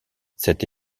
cette